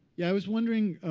yeah, i was wondering,